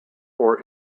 four